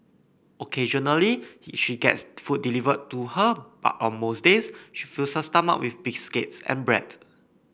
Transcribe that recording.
occasionally she gets food delivered to her but on most days she fills her stomach with biscuits and bread